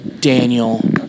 Daniel